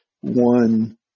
one